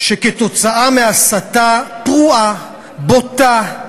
שבשל הסתה פרועה, בוטה,